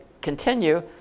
continue